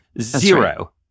zero